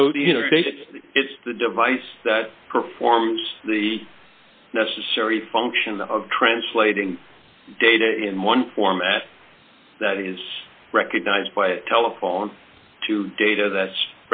so you know it's the device that performs the necessary function of translating data in one format that is recognized by a telephone to data that's